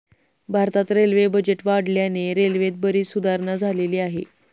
भारतात railway budget वाढल्याने रेल्वेत बरीच सुधारणा झालेली आहे